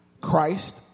Christ